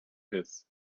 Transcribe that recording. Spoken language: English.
his